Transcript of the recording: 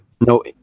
No